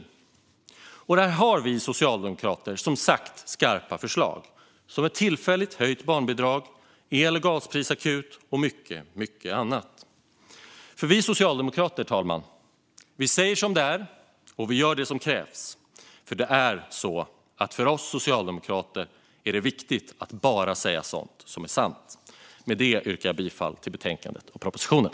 Här har vi socialdemokrater som sagt skarpa förslag såsom tillfälligt höjt barnbidrag, en el och gasprisakut och mycket annat, för vi socialdemokrater säger som det är och gör det som krävs. För oss socialdemokrater är det viktigt att bara säga sådant som är sant. Med det yrkar jag bifall till förslaget i betänkandet och propositionen.